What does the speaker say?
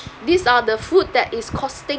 these are the food that is costing